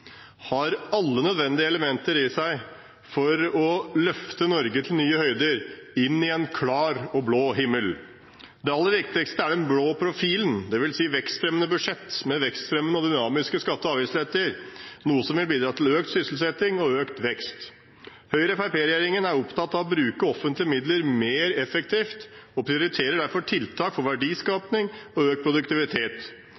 har alle nødvendige elementer i seg for å løfte Norge til nye høyder, inn i en klar og blå himmel. Det aller viktigste er den blå profilen, dvs. et vekstfremmende budsjett med vekstfremmende og dynamiske skatte- og avgiftsletter, noe som vil bidra til økt sysselsetting og økt vekst. Høyre–Fremskrittsparti-regjeringen er opptatt av å bruke offentlige midler mer effektivt og prioriterer derfor tiltak for